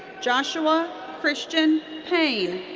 joshua christian payne.